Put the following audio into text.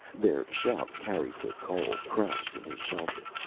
their shouts carried to cole, crouched in his shelter.